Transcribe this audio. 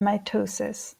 mitosis